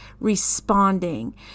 responding